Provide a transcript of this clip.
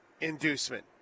inducement